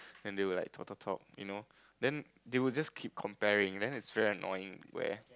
and they would like talk talk talk you know then they would just keep comparing then it's very annoying where